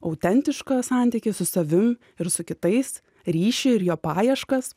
autentišką santykį su savim ir su kitais ryšį ir jo paieškas